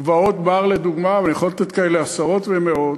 גבעות-בר לדוגמה, ואני יכול לתת כאלה עשרות ומאות,